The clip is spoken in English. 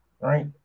Right